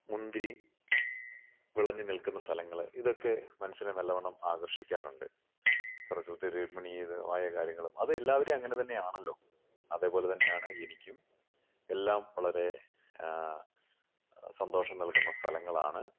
മുന്തിരി വിളഞ്ഞു നിൽക്കുന്ന സ്ഥലങ്ങൾ ഇതൊക്കെ മനസ്സിനെ നല്ലവണം ആകർഷിക്കാറുണ്ട് പ്രകൃതി രമണീയമായ കാര്യങ്ങളും അത് എല്ലാവരും അങ്ങനെ തന്നെയാണല്ലോ അതേപോലെ തന്നെയാണ് എനിക്കും എല്ലാം വളരെ സന്തോഷം നൽകുന്ന സ്ഥലങ്ങളാണ്